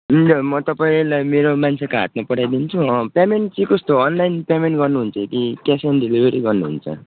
हुन्छ म तपाईँलाई मेरो मान्छेको हातमा पठाइदिन्छु पेमेन्ट चाहिँ कस्तो अनलाइन पेमेन्ट गर्नुहुन्छ कि क्यास अन डेलिभरी गर्नुहुन्छ